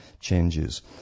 changes